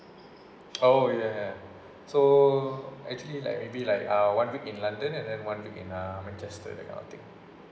oh ya so actually like may be like uh one week in london and then one week in uh manchester like I think